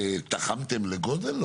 שלב תחמתם לגודל?